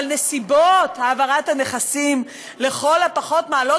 אבל נסיבות העברת הנכסים לכל הפחות מעלות